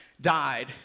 died